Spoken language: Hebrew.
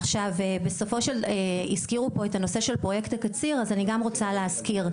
עכשיו הזכירו פה את הנושא של פרויקט הקציר אז אני גם רוצה להזכיר,